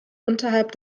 unterhalb